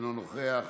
אינו נוכח,